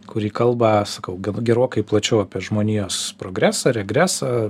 kuri kalba sakau gan gerokai plačiau apie žmonijos progresą regresą